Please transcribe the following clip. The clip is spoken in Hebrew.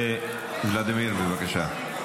ולדימיר, בבקשה.